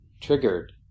triggered